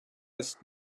ist